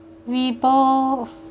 we both